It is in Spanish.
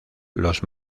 los